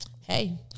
Hey